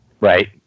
Right